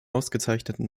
ausgezeichneten